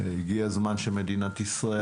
הגיע הזמן שמדינת ישראל,